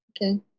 Okay